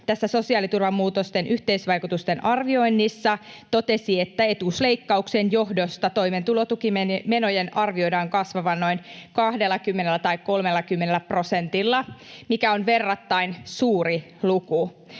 sosiaaliturvan muutosten yhteisvaikutusten arvioinnissa, että etuusleikkausten johdosta toimeentulotukimenojen arvioidaan kasvavan noin 20 tai 30 prosentilla, mikä on verrattain suuri luku.